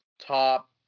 top